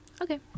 Okay